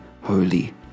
holy